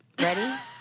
Ready